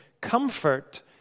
comfort